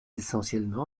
essentiellement